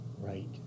Right